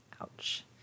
Ouch